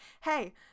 hey